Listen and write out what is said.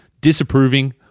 disapproving